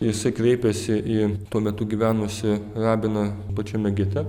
jisai kreipėsi į tuo metu gyvenusį rabiną pačiame gete